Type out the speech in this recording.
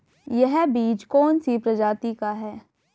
यह बीज कौन सी प्रजाति का है?